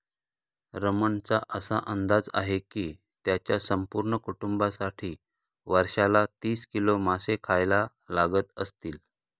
रमणचा असा अंदाज आहे की त्याच्या संपूर्ण कुटुंबासाठी वर्षाला तीस किलो मासे खायला लागत असतील